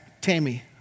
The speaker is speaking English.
Tammy